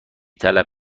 طلب